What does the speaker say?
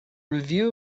review